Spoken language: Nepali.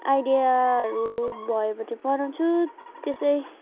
आइडियाहरू भएबाट बनाउँछु त्यसै